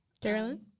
Carolyn